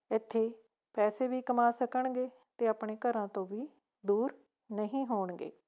ਇੱਥੇ ਪੈਸੇ ਵੀ ਕਮਾ ਸਕਣਗੇ ਅਤੇ ਆਪਣੇ ਘਰਾਂ ਤੋਂ ਵੀ ਦੂਰ ਨਹੀਂ ਹੋਣਗੇ